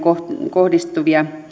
kohdistuvia